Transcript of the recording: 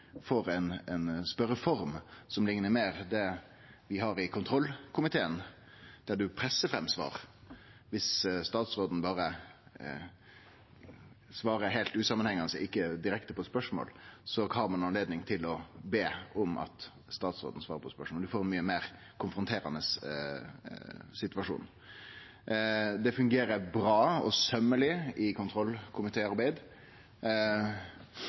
liknar meir på den vi har i kontrollkomiteen, der ein pressar fram svar. Viss statsråden berre svarer heilt usamanhengande og ikkje direkte på spørsmålet, har ein anledning til å be om at statsråden svarer på det. Ein får ein mykje meir konfronterande situasjon. Det fungerer bra og sømeleg i